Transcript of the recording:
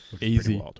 Easy